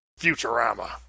Futurama